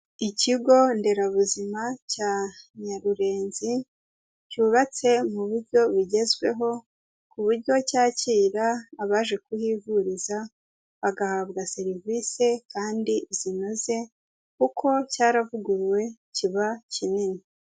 Ikigo nderabuzima cya Nyarurenzi, cyubatse mu buryo bugezweho, ku buryo cyakira abaje kuhivuriza, bagahabwa serivisi kandi zinoze, kuko cyaravuguruwe kiba kinini.